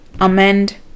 Amend